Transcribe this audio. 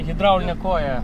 hidraulinė koja